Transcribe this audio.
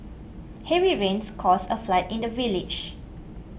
heavy rains caused a flood in the village